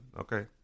okay